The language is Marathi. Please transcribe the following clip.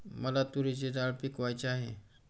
मला तूरीची डाळ पिकवायची आहे